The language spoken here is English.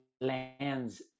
lands